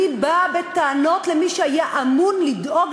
אני באה בטענות למי שהיה אמון על דאגה